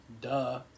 duh